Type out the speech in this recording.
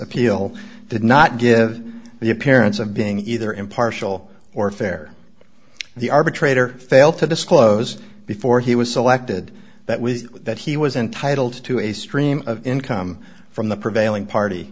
appeal did not give the appearance of being either impartial or fair the arbitrator failed to disclose before he was selected that was that he was entitled to a stream of income from the prevailing party